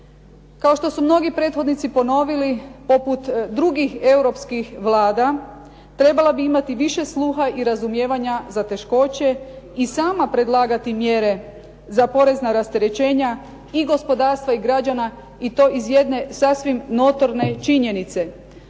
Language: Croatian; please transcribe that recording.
Kao što su mnogi prethodnici ponovili, poput drugih europskih vlada trebala bi imati više sluha i razumijevanja za teškoće i sama predlagati mjere za porezna rasterećenja i gospodarstva i građana i to iz jedna sasvim notorne činjenice.